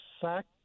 sack